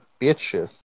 bitches